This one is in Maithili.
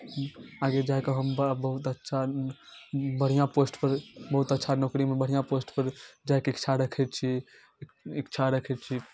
आगे जा कऽ हम बहुत अच्छा बढ़िआँ पोस्टपर बहुत अच्छा नौकरीमे बढ़िआँ पोस्टपर जायके इच्छा रखै छी इच्छा रखै छी